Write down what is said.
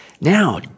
Now